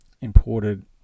imported